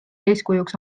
eeskujuks